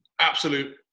absolute